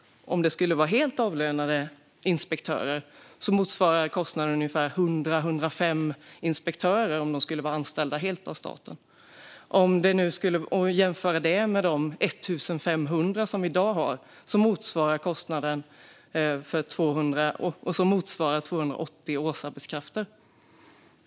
Om det skulle vara helavlönade inspektörer motsvarar kostnaden ungefär 100-105 inspektörer om de skulle vara anställda helt av staten. Det kan man jämföra med de 1 500 som finns i dag. Den kostnaden motsvarar 280 årsarbetskrafter.